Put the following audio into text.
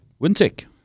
Wintec